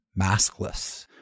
maskless